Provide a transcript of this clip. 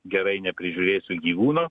gerai neprižiūrėsi gyvūno